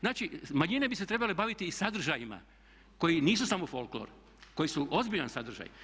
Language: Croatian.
Znači manjine bi se trebale baviti i sadržajima koji nisu samo folklor, koji su ozbiljan sadržaj.